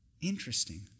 Interesting